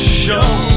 show